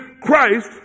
Christ